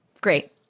great